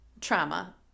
trauma